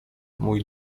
mój